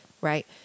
right